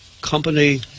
Company